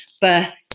birth